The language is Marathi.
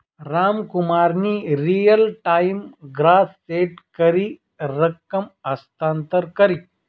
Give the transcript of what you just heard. रामकुमारनी रियल टाइम ग्रास सेट करी रकम हस्तांतर करी